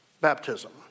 baptism